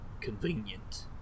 convenient